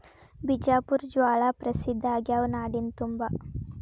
ಬಿಜಾಪುರ ಜ್ವಾಳಾ ಪ್ರಸಿದ್ಧ ಆಗ್ಯಾವ ನಾಡಿನ ತುಂಬಾ